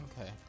Okay